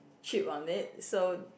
chipped on it so